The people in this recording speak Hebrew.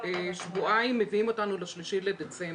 ושבועיים מביאים אותנו ל-3 בדצמבר.